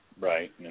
right